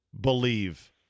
believe